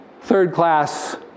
Third-class